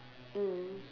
mm